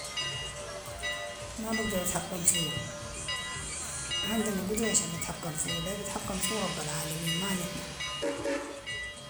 ما بقدر اتحكم فيهو، ما عندنا قدرة عشان نتحكم فيهو، ده البتحكم فيهو رب العالمين ما نحن.